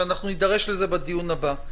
ואנחנו נידרש לזה בדיון הבא.